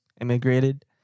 immigrated